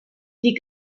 die